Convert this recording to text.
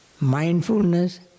mindfulness